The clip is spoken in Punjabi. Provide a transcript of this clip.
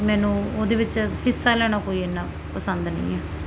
ਮੈਨੂੰ ਉਹਦੇ ਵਿੱਚ ਹਿੱਸਾ ਲੈਣਾ ਕੋਈ ਇੰਨਾ ਪਸੰਦ ਨਹੀਂ ਹੈ